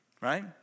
Right